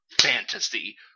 fantasy